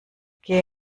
geh